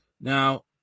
Now